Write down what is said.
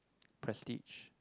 Prestige